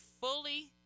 fully